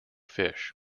fish